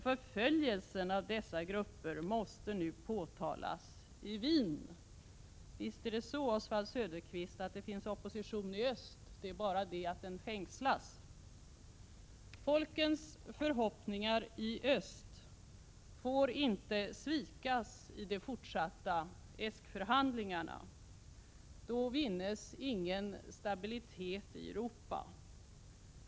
Förföljelsen av dessa grupper måste påtalas i Wien. Visst finns det opposition i öst, Oswald Söderqvist. Det är bara det att den fängslas. Folkens förhoppningar i öst får inte svikas i de fortsatta ESK-förhandlingarna. Då vinnes ingen stabilitet i Europa.